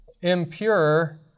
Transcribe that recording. impure